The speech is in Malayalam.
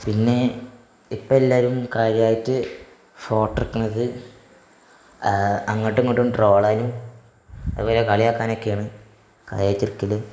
പിന്നെ ഇപ്പം എല്ലാവരും കാര്യമായിട്ട് ഫോട്ടൊ എടുക്കുന്നത് അങ്ങോട്ടും ഇങ്ങോട്ടും ട്രോളാനും അത് പോലെ കളിയാക്കാനുമൊക്കെയാണ് കാര്യമായിട്ടെടുക്കൽ